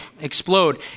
explode